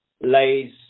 lays